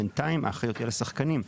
בינתיים, האחריות היא על השחקנים.